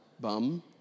bum